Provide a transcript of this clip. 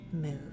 move